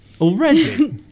Already